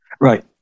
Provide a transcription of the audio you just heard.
right